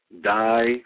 die